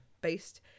Based